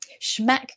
Schmeck